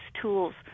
tools